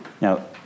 Now